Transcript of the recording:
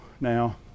now